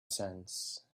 sense